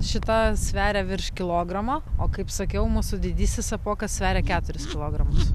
šita sveria virš kilogramo o kaip sakiau mūsų didysis apuokas sveria keturis kilogramus